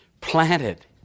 planted